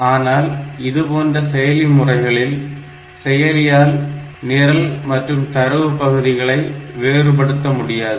ஆனால் இதுபோன்ற செயலி முறைகளில் செயலியால் நிரல் மற்றும் தரவு பகுதிகளை வேறுபடுத்த முடியாது